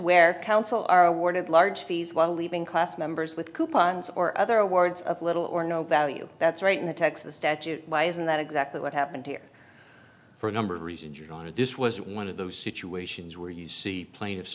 where counsel are awarded large fees while leaving class members with coupons or other words of little or no value that's right in the texas statute why isn't that exactly what happened here for a number of reasons your honor this was one of those situations where you see plaintiff